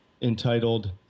entitled